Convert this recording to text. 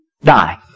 die